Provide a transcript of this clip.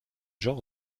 genre